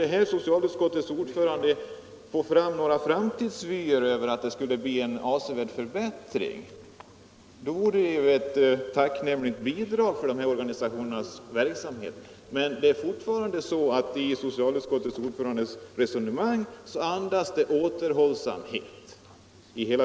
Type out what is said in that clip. Om socialutskottets ordförande som framtidsvy kunde visa på en avsevärd förbättring, så vore det tacknämligt för dessa organisationer. Men det är fortfarande så att socialutskottets ordförandes hela resonemang om anslag andas återhållsamhet.